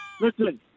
listen